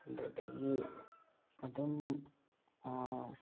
ꯑꯗꯨꯗꯒꯤ ꯑꯗꯨꯝ